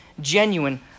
genuine